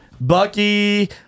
Bucky